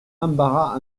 embarras